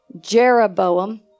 Jeroboam